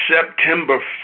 September